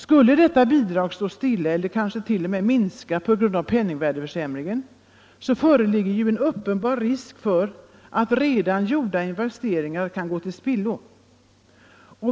Skulle detta bidrag stå stilla eller kanske t.o.m. minska på grund av penningvärdeförsämringen, föreligger uppenbar risk för att redan gjorda investeringar kan gå till spillo.